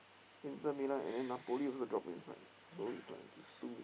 Inter-Milan and then Napoli also drop inside so there's like this two